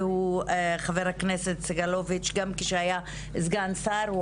וחה"כ סגלוביץ' עבד למען המטרה גם כשהוא היה סגן שר.